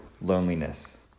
Loneliness